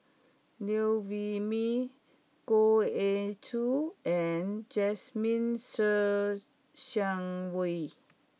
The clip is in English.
Liew Wee Mee Goh Ee Choo and Jasmine Ser Xiang Wei